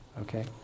Okay